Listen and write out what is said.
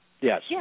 Yes